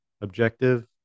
objective